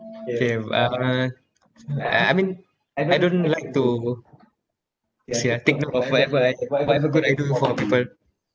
K uh uh I mean I don't like to yes ya take note of whatever I whatever good I do for people